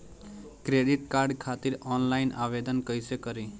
Credit card खातिर online आवेदन कइसे करि?